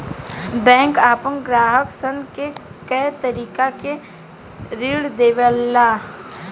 bank आपना ग्राहक सन के कए तरीका के ऋण देवेला